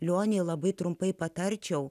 lionei labai trumpai patarčiau